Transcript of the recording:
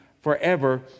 forever